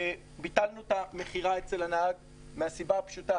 ביטלנו את המכירה אצל הנהג מהסיבה הפשוטה